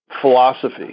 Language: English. philosophy